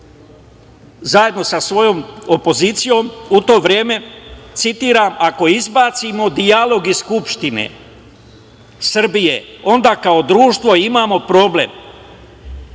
zajedno sa svojom opozicijom u to vreme: „Ako izbacimo dijalog iz Skupštine Srbije, onda kao društvo imamo problem“.